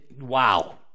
Wow